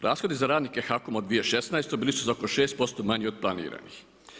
Rashodi za radnike HAKOM-a u 2016. bili su za oko 6% manji od planiranih.